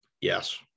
Yes